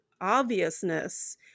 obviousness